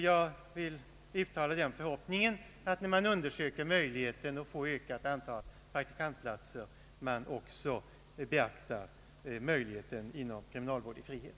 Jag vill uttala den förhoppningen att när man undersöker möjligheten att få ett ökat antal praktikantplatser man också beaktar möjligheten till tjänstgöring inom kriminalvården i frihet.